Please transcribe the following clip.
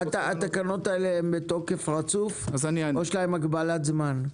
התקנות הללו הן בתוקף רצוף או יש להן הגבלת זמן?